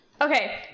Okay